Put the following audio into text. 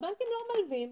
הבנקים לא מלווים,